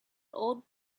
old